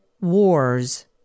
wars